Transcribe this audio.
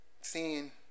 Seeing